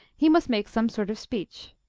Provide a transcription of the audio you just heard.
he must make some sort of speech.